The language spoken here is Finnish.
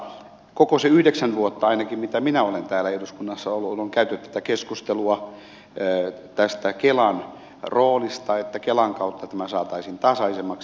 koko se yhdeksän vuotta ainakin mitä minä olen täällä eduskunnassa ollut on käyty tätä keskustelua tästä kelan roolista että kelan kautta tämä saataisiin tasaisemmaksi